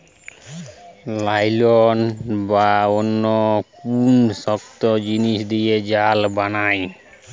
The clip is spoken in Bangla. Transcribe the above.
নাইলন বা অন্য কুনু শক্ত জিনিস দিয়ে জাল বানায়